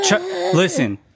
Listen